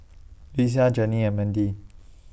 Lesia Janeen and Mandy